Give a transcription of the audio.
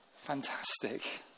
Fantastic